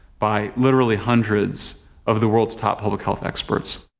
by literally hundreds of the world's top public health experts.